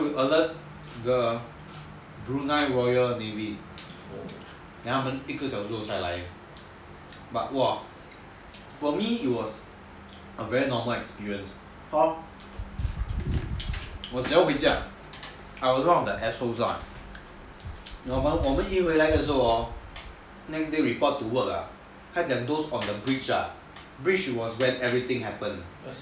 ya we alert the brunei royal navy then 他们一个小时后才来 but !wah! for me it was a very normal experience because 我想要回家 I was one of the assholes lah 我们一回来的时候 hor next day report to work ah 他讲 those on the bridge ah bridge was where everything happened